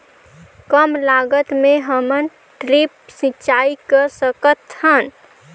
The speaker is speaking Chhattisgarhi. कम लागत मे हमन ड्रिप सिंचाई कर सकत हन?